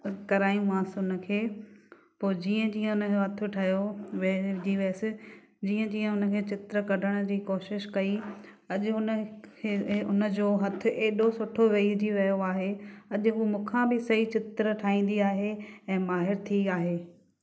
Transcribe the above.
करायूं मांसि हुन खे पोइ जीअं जीअं हुन जो हथ ठहियो वेरे जी वैसे जीअं जीअं हुन खे चित्र कढणु जी कोशिशि कई अॼु हुन जो हथ हेॾो सुठो वेहिजी वियो आहे अॼु मूंखा बि सही चित्र ठाहींदी आहे ऐं माहिर थी आहे